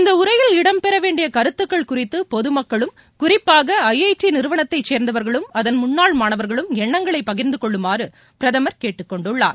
இந்த உரையில் இடம்பெற வேண்டிய கருத்துகள் குறித்து பொதுமக்குளும் குறிப்பாக ஐஐடி நிறுவனத்தை சேர்ந்தவர்களும் அதன் முன்னாள் மாணவர்களும் எண்ணங்களை பகிர்ந்துகொள்ளுமாறு பிரதமர் கேட்டுக்கொண்டுள்ளார்